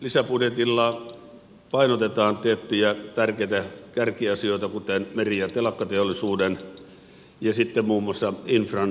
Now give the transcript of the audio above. lisäbudjetilla painotetaan tiettyjä tärkeitä kärkiasioita kuten meri ja telakkateollisuuden ja sitten muun muassa infran puolella